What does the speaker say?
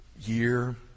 year